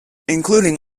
including